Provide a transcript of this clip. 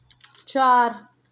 चार